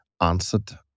answered